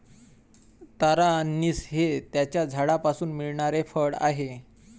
तारा अंनिस हे त्याच्या झाडापासून मिळणारे फळ आहे